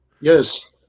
Yes